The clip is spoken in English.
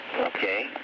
Okay